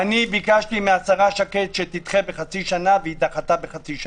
ביקשתי מהשרה שקד שתדחה בחצי שנה, ועשתה זאת.